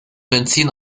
benzin